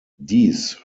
dies